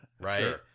right